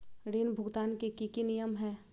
ऋण भुगतान के की की नियम है?